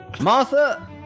Martha